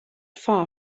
far